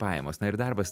pajamos na ir darbas